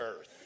earth